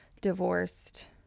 divorced